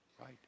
right